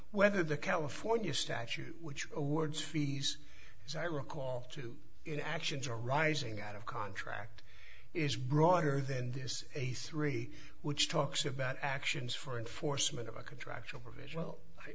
whether the california statute which awards fees as i recall to in actions arising out of contract is broader than this a three which talks about actions for enforcement of a contractual